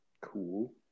Cool